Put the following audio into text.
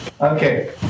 Okay